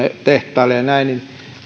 tehtaille ja näin